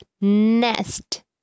nest